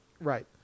Right